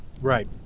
Right